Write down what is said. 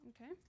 Okay